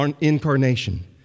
incarnation